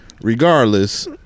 regardless